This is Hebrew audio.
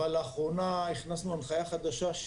אבל לאחרונה הכנסנו הנחיה חדשה.